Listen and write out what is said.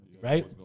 right